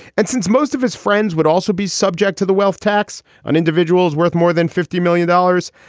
and since most of his friends would also be subject to the wealth tax on individuals worth more than fifty million dollars,